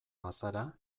bazara